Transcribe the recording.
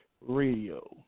Radio